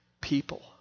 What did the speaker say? people